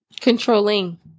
Controlling